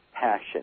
passion